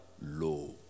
law